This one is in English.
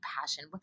passion